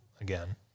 again